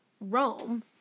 Rome